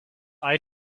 eye